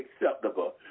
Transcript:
acceptable